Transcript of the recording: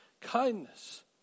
kindness